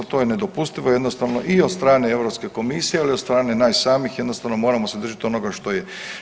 To je nedopustivo jednostavno i od strane Europske komisije, ali i od strane nas samih, jednostavno moramo se držati onoga što je.